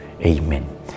Amen